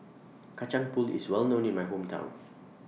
Kacang Pool IS Well known in My Hometown